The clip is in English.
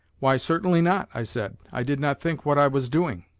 why, certainly not, i said, i did not think what i was doing.